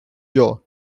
jaw